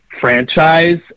franchise